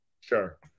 sure